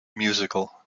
musical